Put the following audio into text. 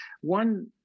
one